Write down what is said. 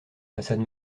façade